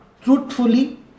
truthfully